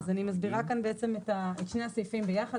אז אני מסבירה כאן בעצם את שני הסעיפים ביחד.